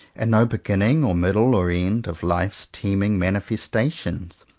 and no be ginning or middle or end of life's teeming manifestations.